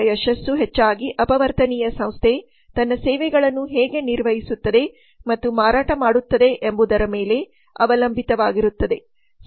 ಅವರ ಯಶಸ್ಸು ಹೆಚ್ಚಾಗಿ ಅಪವರ್ತನೀಯ ಸಂಸ್ಥೆ ತನ್ನ ಸೇವೆಗಳನ್ನು ಹೇಗೆ ನಿರ್ವಹಿಸುತ್ತದೆ ಮತ್ತು ಮಾರಾಟ ಮಾಡುತ್ತದೆ ಎಂಬುದರ ಮೇಲೆ ಅವಲಂಬಿತವಾಗಿರುತ್ತದೆ